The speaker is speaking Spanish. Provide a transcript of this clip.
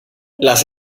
las